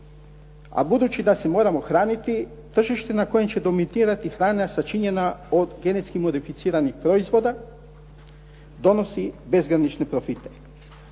A budući da se moramo hraniti, tržište na kojem će dominirati hrana sačinjena od genetski modificiranih proizvoda, donosi bezgranične profite.